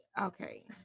okay